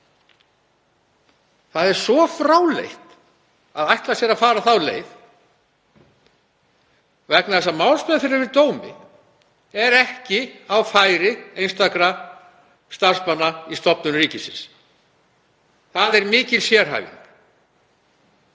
Það er svo fráleitt að ætla sér að fara þá leið vegna þess að málsmeðferðir fyrir dómi eru ekki á færi einstakra starfsmanna í stofnunum ríkisins. Það er mikil sérhæfing.